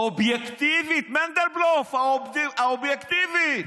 האובייקטיבית, מנדלבלוף, האובייקטיבית,